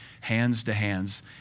hands-to-hands